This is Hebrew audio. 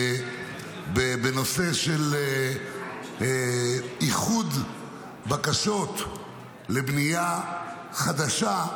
בנושא של איחוד בקשות לבנייה חדשה,